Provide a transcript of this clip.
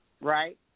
right